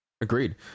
Agreed